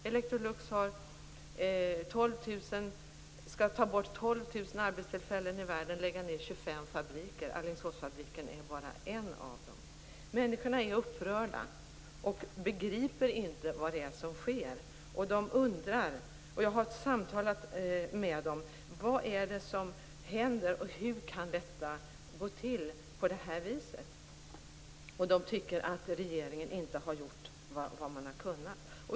Electrolux skall ta bort 12 000 arbetstillfällen i världen och lägga ned 25 fabriker. Alingsåsfabriken är bara en av dem. Människorna är upprörda och begriper inte vad det är som sker. Jag har samtalat med dem, och de undrar: Vad är det som händer, och hur kan det gå till på det här viset?